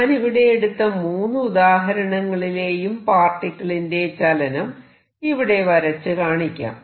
ഞാനിവിടെ എടുത്ത മൂന്ന് ഉദാഹരണങ്ങളിലെയും പാർട്ടിക്കിളിന്റെ ചലനം ഇവിടെ വരച്ചു നോക്കാം